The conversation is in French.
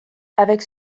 avec